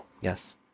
Yes